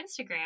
Instagram